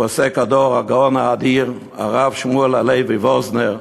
פוסק הדור הגאון האדיר הרב שמואל הלוי וואזנר,